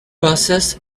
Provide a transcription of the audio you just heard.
busses